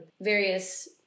various